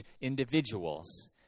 individuals